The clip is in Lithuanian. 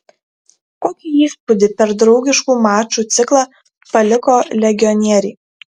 kokį įspūdį per draugiškų mačų ciklą paliko legionieriai